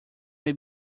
may